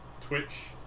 Twitch